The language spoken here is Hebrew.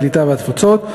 הקליטה והתפוצות.